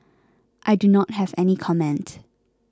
I do not have any comment